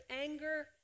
anger